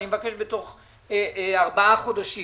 אני מבקש בתוך ארבעה חודשים